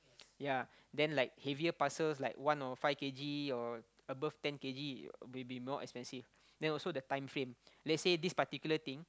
yea then like heavier parcels like one or five k_g or above ten k_g will be more expensive then also the timeframe they say this particular thing